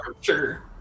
Sure